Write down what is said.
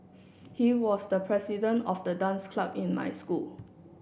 he was the president of the dance club in my school